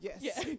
Yes